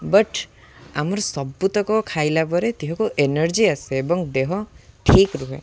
but ଆମର ସବୁତକ ଖାଇଲା ପରେ ଦେହକୁ ଏନର୍ଜି ଆସେ ଏବଂ ଦେହ ଠିକ୍ ରୁହେ